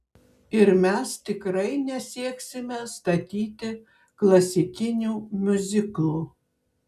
ir mes tikrai nesieksime statyti klasikinių miuziklų